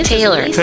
Taylor